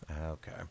Okay